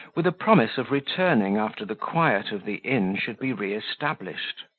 with a promise of returning after the quiet of the inn should be re-established.